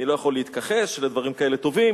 אני לא יכול להתכחש לדברים כאלה טובים,